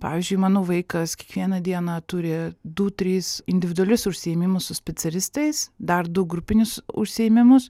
pavyzdžiui mano vaikas kiekvieną dieną turi du tris individualius užsiėmimus su specialistais dar du grupinius užsiėmimus